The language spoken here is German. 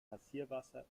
rasierwasser